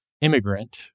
immigrant